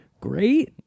great